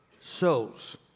souls